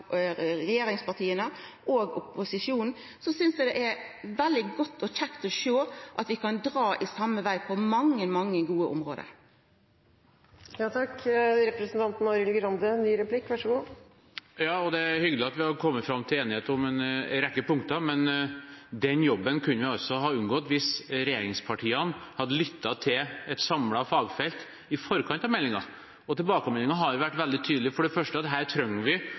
regjeringspartia og opposisjonen, synest eg det er veldig godt og kjekt å sjå at vi kan dra i den same retninga på mange, mange gode område. Ja, og det er hyggelig at vi har kommet fram til enighet om en rekke punkter, men den jobben kunne vi altså ha unngått hvis regjeringspartiene hadde lyttet til et samlet fagfelt i forkant av meldingen. Og tilbakemeldingen har jo vært veldig tydelig: for det første at her trenger vi